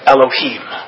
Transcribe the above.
Elohim